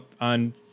on